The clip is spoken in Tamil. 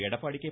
எடப்பாடி கே